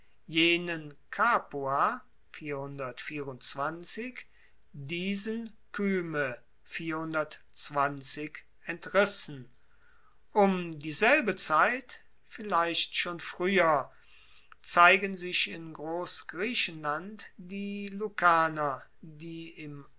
diesen kyme entrissen um dieselbe zeit vielleicht schon frueher zeigen sich in grossgriechenland die lucaner die im